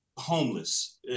Homeless